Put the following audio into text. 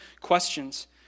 questions